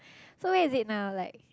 so where is it now like